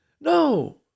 No